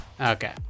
Okay